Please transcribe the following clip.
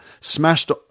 smashed